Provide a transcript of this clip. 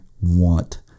want